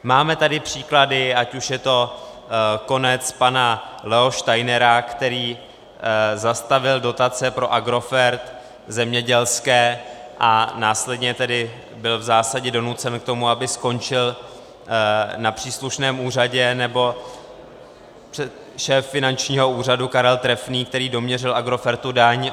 Máme tady příklady, ať už je to konec pana Leo Steinera, který zastavil dotace pro Agrofert, zemědělské, a následně byl v zásadě donucen k tomu, aby skončil na příslušném úřadě, nebo šéf finančního úřadu Karel Trefný, který doměřil Agrofertu daň.